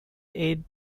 aid